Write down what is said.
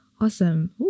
awesome